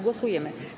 Głosujemy.